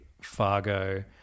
Fargo